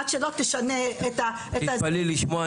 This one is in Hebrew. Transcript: עד שלא תשנה את ה- -- תתפלאי לשמוע,